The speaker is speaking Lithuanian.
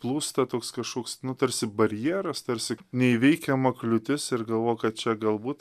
plūsta toks kašoks nutarsi barjeras tarsi neįveikiama kliūtis ir galvo kad čia galbūt